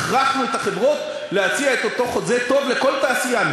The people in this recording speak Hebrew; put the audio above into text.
הכרחנו את החברות להציע את אותו חוזה טוב לכל תעשיין,